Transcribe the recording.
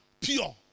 pure